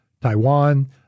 Taiwan